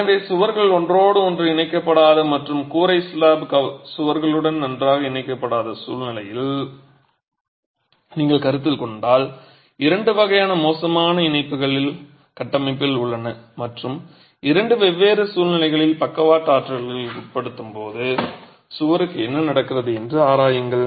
எனவே சுவர்கள் ஒன்றோடொன்று இணைக்கப்படாத மற்றும் கூரை ஸ்லாப் சுவர்களுடன் நன்றாக இணைக்கப்படாத சூழ்நிலையை நீங்கள் கருத்தில் கொண்டால் இரண்டு வகையான மோசமான இணைப்புகள் கட்டமைப்பில் உள்ளன மற்றும் இரண்டு வெவ்வேறு சூழ்நிலைகளில் பக்கவாட்டு ஆற்றல்களுக்கு உட்படுத்தப்படும்போது சுவருக்கு என்ன நடக்கிறது என்பதை ஆராயுங்கள்